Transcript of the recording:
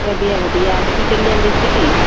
ਵਧੀਆ ਵਧੀਆ ਕੀ ਕਰੀ ਜਾਂਦੇ ਸੀ